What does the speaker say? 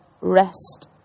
rest